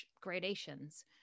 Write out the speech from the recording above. gradations